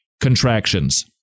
contractions